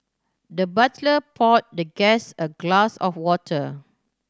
the butler poured the guest a glass of water